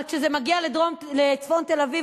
אבל כשזה מגיע לצפון תל-אביב,